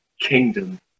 kingdom